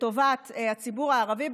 לטובת הציבור הערבי.